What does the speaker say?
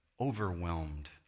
Overwhelmed